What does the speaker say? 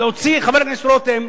להוציא את חבר הכנסת רותם,